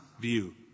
view